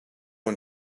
one